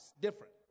different